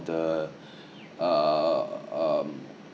the err um